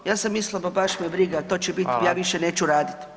Ja sam mislila ma baš me briga, to će biti, [[Upadica: Hvala.]] ja više neću raditi.